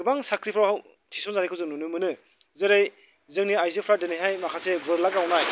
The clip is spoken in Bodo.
गोबां साख्रिफ्राव थिसन जानायखौ जों नुनो मोनो जेरै जोंनि आइजोफ्रा दिनैहाय माखासे बोरला गावनाय